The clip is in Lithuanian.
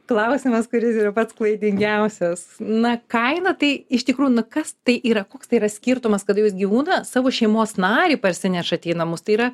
klausimas kuris yra pats klaidingiausias na kaina tai iš tikrųjų na kas tai yra koks tai yra skirtumas kada jūs gyvūną savo šeimos narį parsinešate į namus tai yra